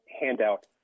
handout